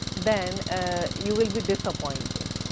then ah you will be disappointed.